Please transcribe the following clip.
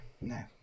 No